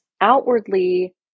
outwardly